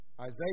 Isaiah